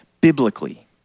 biblically